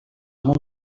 amb